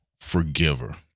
forgiver